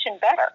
better